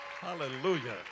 Hallelujah